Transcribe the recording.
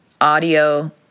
audio